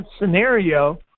scenario